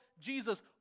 Jesus